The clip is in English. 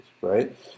right